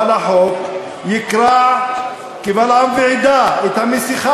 אבל החוק יקרע קבל עם ועדה את המסכה